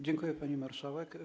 Dziękuję, pani marszałek.